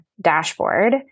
dashboard